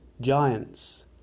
giants